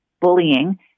bullying